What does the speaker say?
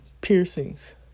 piercings